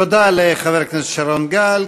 תודה לחבר הכנסת שרון גל.